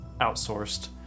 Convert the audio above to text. outsourced